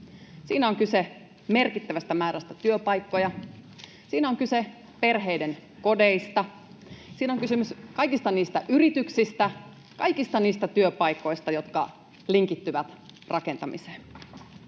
Siinä on kyse merkittävästä määrästä työpaikkoja, siinä on kyse perheiden kodeista, siinä on kysymys kaikista niistä yrityksistä, kaikista niistä työpaikoista, jotka linkittyvät rakentamiseen.